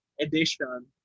edition